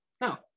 no